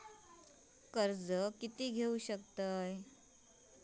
कर्ज कीती घेऊ शकतत?